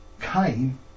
came